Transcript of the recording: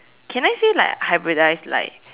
can I say like hybridize like